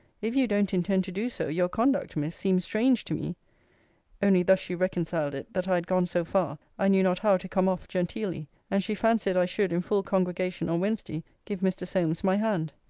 if you don't intend to do so, your conduct, miss, seems strange to me only thus she reconciled it, that i had gone so far, i knew not how to come off genteelly and she fancied i should, in full congregation, on wednesday, give mr. solmes my hand.